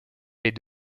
les